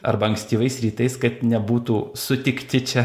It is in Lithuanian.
arba ankstyvais rytais kad nebūtų sutikti čia